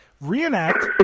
reenact